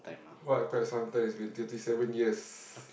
!wah! quite some time been thirty seven years